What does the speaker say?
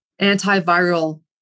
antiviral